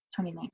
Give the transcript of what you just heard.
2019